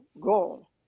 goal